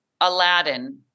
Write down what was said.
Aladdin